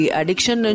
addiction